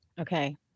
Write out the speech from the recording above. Okay